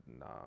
no